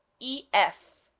e. f.